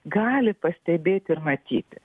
gali pastebėti ir matyti